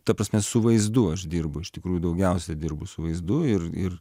ta prasme su vaizdu aš dirbu iš tikrųjų daugiausia dirbu su vaizdu ir ir